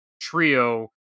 trio